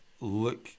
look